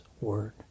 word